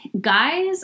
guys